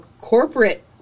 corporate